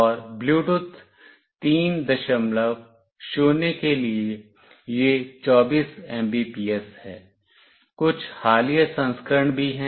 और ब्लूटूथ 30 के लिए यह 24 Mbps है कुछ हालिया संस्करण भी हैं